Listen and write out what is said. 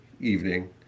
evening